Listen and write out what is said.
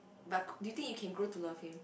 but do you think you can grew to love him